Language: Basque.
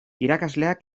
irakasleak